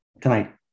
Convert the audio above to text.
Tonight